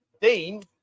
Dean